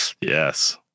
yes